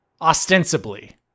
Ostensibly